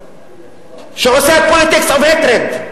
שעושה politics of hatred,